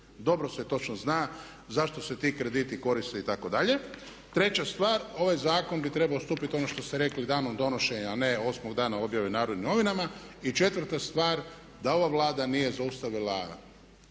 Dobro se točno zna zašto se ti krediti koriste itd.. Treća stvar, ovaj zakon bi trebao stupiti ono što ste rekli danom donošenja a ne 8.-og dana objave u Narodnim novinama. I četvrta stvar, da ova Vlada nije zaustavila